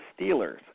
Steelers